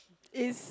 is